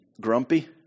Grumpy